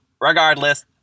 Regardless